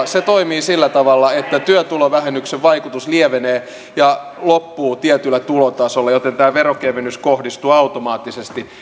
se toimii sillä tavalla että työtulovähennyksen vaikutus lievenee ja loppuu tietyllä tulotasolla joten tämä verokevennys kohdistuu automaattisesti